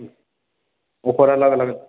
ओकर अलग अलग